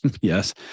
yes